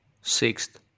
Sixth